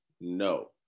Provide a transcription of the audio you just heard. No